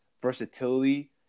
versatility